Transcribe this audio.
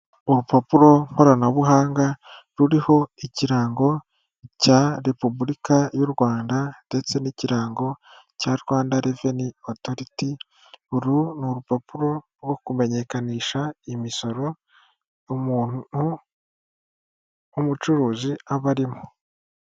Urupapuro nkoranabuhanga ruriho ikirango cya Repubulika y'u Rwanda ndetse n'ikirango cya Rwanda Revenue Authority. Uru ni urupapuro rwo kumenyekanisha imisoro umuntu w'umucuruzi aba arimo.